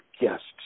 guests